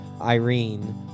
Irene